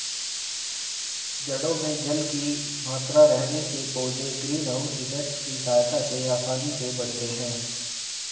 जड़ों में जल की मात्रा रहने से पौधे ग्रीन हाउस इफेक्ट की सहायता से आसानी से बढ़ते हैं